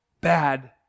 bad